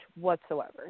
whatsoever